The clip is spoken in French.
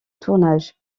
tournage